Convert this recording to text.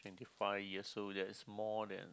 five years so that is more than